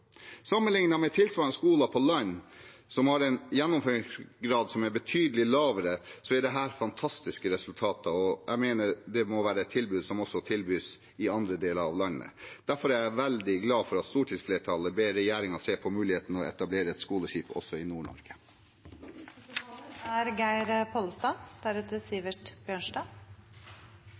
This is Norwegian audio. med tilsvarende skoler på land, som har en gjennomføringsgrad som er betydelig lavere, så er dette fantastiske resultater, og jeg mener det er et tilbud som også må tilbys i andre deler av landet. Derfor er jeg veldig glad for at stortingsflertallet ber regjeringen se på muligheten for å etablere et skoleskip også i